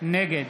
נגד